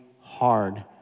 hard